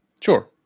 Sure